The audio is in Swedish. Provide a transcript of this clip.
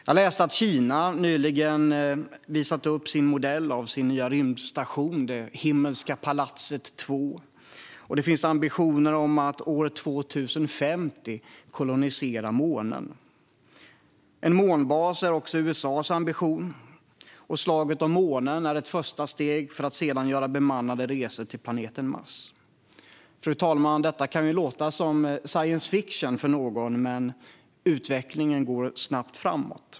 Jag läste att Kina nyligen visat upp en modell av sin nya rymdstation, Det himmelska palatset 2, och det finns ambitioner att år 2050 kolonisera månen. En månbas är också USA:s ambition, och slaget om månen är ett första steg för att sedan göra bemannade resor till planeten Mars. Fru talman! Detta kan låta som science fiction för någon, men utvecklingen går snabbt framåt.